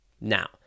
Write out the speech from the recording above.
Now